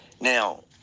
Now